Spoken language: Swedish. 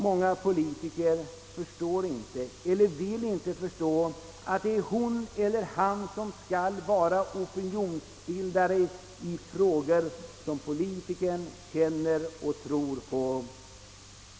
Många politiker förstår inte, att det är han eller hon som skall vara opinionsbildare i frågor som politikern känner för och tror på.